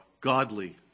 godly